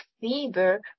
fever